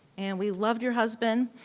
and we loved your husband.